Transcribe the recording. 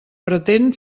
pretén